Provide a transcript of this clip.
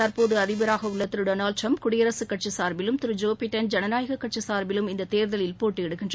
தற்போது அதிபராக உள்ள திரு டொனால்ட் ட்ரம்ப் குடியரசுக் கட்சி சார்பிலும் திரு ஜோ பிடன் ஜனநாயகக் கட்சி சார்பிலும் இந்த தேர்தலில் போட்டியிடுகின்றனர்